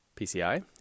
PCI